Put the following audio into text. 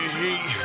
heat